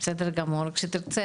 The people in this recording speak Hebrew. בסדר גמור, כשתרצה